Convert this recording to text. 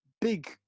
big